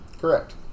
Correct